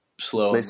slow